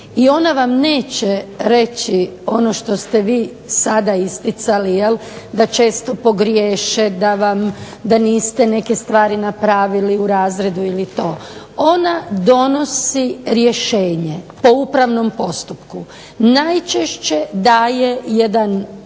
i ona vam neće reći ono što ste vi sada isticali da često pogriješe, da niste neke stvari napravili u razredu ili to. Ona donosi rješenje po upravnom postupku, najčešće daje jedan